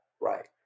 right